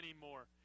anymore